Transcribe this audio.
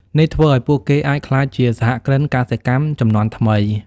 នេះធ្វើឱ្យពួកគេអាចក្លាយជាសហគ្រិនកសិកម្មជំនាន់ថ្មី។